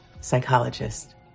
psychologist